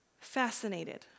fascinated